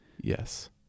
Yes